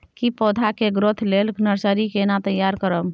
की पौधा के ग्रोथ लेल नर्सरी केना तैयार करब?